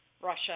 Russia